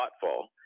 thoughtful